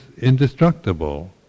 indestructible